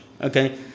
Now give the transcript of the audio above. okay